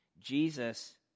Jesus